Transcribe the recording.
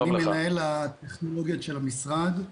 אני מנהל הטכנולוגיות של המשרד.